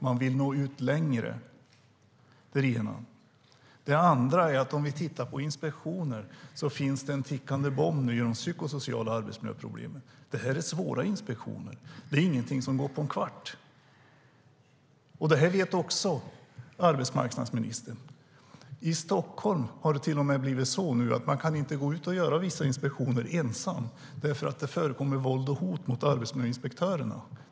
Man vill nå ut längre. Det är det ena. Det andra är att när det gäller inspektioner finns det en tickande bomb i och med de psykosociala arbetsmiljöproblemen. Det här är svåra inspektioner och ingenting som går på en kvart. Det här vet arbetsmarknadsministern. I Stockholm har det till och med blivit så att man inte kan gå ut och göra vissa inspektioner ensam, därför att det förekommer våld och hot mot arbetsmiljöinspektörerna.